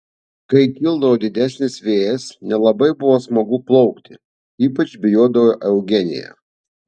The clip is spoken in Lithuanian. kai kildavo didesnis vėjas nelabai buvo smagu plaukti ypač bijodavo eugenija